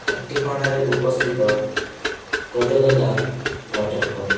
ଚାଟିକଣାରେ ଉପସ୍ଥିତ ଗଦ ଗଦା ୱାଟର୍ ଫଲ୍